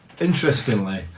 interestingly